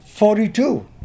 Forty-two